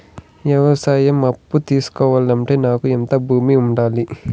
వ్యవసాయ అప్పు తీసుకోవాలంటే నాకు ఎంత భూమి ఉండాలి?